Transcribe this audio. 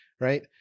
right